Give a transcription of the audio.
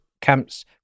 camps